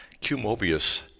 Q-Mobius